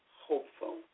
hopeful